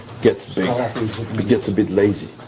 gets big it gets a bit lazy,